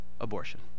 abortion